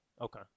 okay